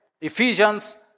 Ephesians